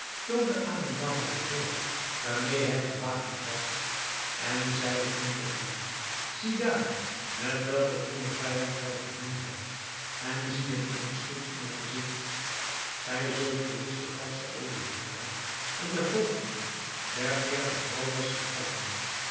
ali baba den dolk waarmee hij gewapend was en zeide toen tot hem zie daar met welken koenen vijand gij te doen hadt en zie hem eens goed in t gezicht gij zult gewis den valschen oliehandelaar en den hoofdman der veertig roovers herkennen